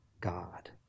God